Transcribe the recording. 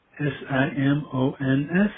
S-I-M-O-N-S